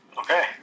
Okay